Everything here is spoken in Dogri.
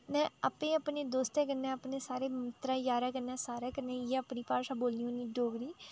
में अपने अपने दोस्तें कन्नै अपने सारे मित्तरें यारें कन्नै सारे कन्नै इ'यै अपनी भाशा बोलनी होनी डोगरी